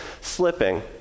slipping